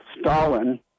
Stalin